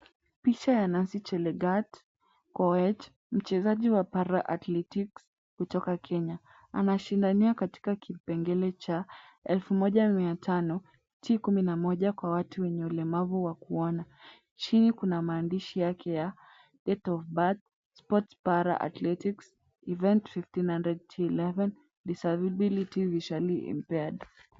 Picha ya Nancy Chelagat Koech mchezaji wa para athletics kutoka Kenya anashindania kutoka kipengele cha 1500 T11 kwa watu wenye ulemavu wa kuona. Chini kuna maandishi yake ya date of birth, sports para athletics, event T11,disability, visually impaired .